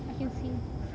I can see